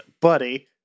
buddy